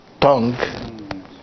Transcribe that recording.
tongue